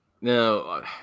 no